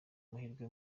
amahirwe